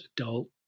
adult